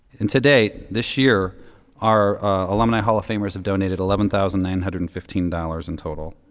and to date, this year our alumni hall of famers have donated eleven thousand nine hundred and fifteen dollars in total.